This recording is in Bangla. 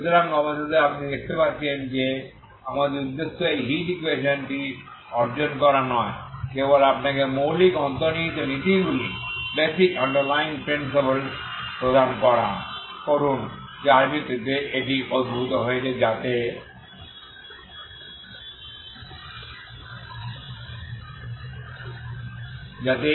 সুতরাং অবশেষে আপনি দেখতে পাচ্ছেন যে আমাদের উদ্দেশ্য এই হিট ইকুয়েশনটি অর্জন করা নয় কেবল আপনাকে মৌলিক অন্তর্নিহিত নীতিগুলি প্রদান করুন যার ভিত্তিতে এটি উদ্ভূত হয়েছে যাতে